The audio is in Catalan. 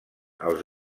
els